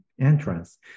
entrance